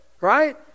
Right